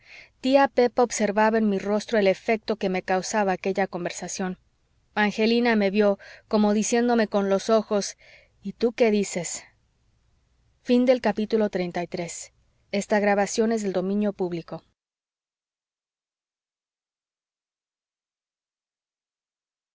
tía pepa observaba en mi rostro el efecto que me causaba aquella conversación angelina me vió como diciéndome con los ojos y tú qué dices xxiv